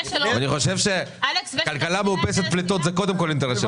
אני חושב שכלכלה מאופסת פליטות זה קודם כול אינטרס של הציבור.